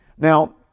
Now